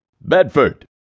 Bedford